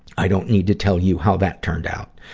i don't need to tell you how that turned out.